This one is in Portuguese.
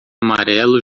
amarelo